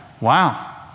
wow